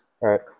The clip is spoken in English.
right